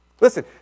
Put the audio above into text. Listen